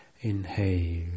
inhale